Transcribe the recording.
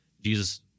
Jesus